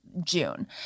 June